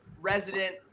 resident